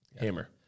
hammer